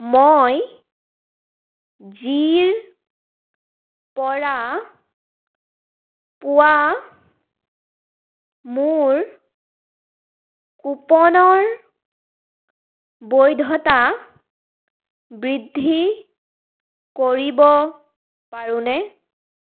মই জিৰ পৰা পোৱা মোৰ কুপনৰ বৈধতা বৃদ্ধি কৰিব পাৰোনে